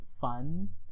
fun